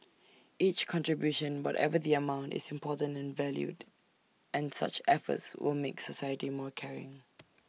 each contribution whatever the amount is important and valued and such efforts will make society more caring